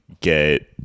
get